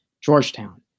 Georgetown